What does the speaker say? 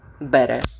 better